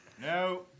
No